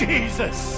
Jesus